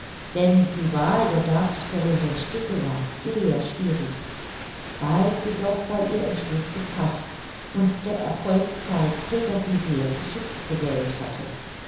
denn die wahl der darzustellenden stücke war sehr schwierig bald jedoch war ihr entschluß gefaßt und der erfolg zeigte daß sie sehr geschickt gewählt hatte